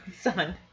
son